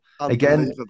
again